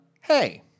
hey